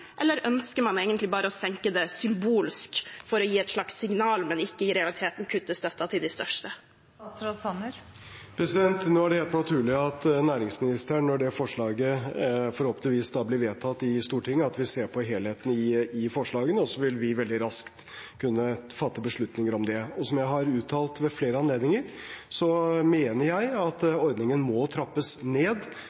Eller ønsker man egentlig bare å senke det symbolsk for å gi et slags signal, men ikke i realiteten kutte støtten til de største? Nå er det helt naturlig at næringsministeren, når det forslaget forhåpentligvis blir vedtatt i Stortinget, ser på helheten i forslagene, og så vil vi veldig raskt kunne fatte beslutninger om det. Som jeg har uttalt ved flere anledninger, mener jeg at